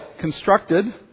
constructed